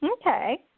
Okay